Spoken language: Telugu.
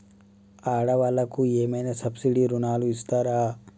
ఆడ వాళ్ళకు ఏమైనా సబ్సిడీ రుణాలు ఇస్తారా?